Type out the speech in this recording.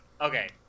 Okay